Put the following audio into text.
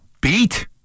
beat